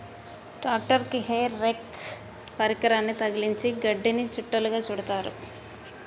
ట్రాక్టరుకి hay rake పరికరాన్ని తగిలించి గడ్డిని చుట్టలుగా చుడుతారు